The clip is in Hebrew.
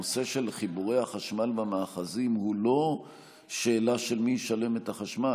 הנושא של חיבורי החשמל במאחזים הוא לא שאלה של מי ישלם את החשמל.